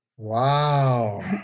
Wow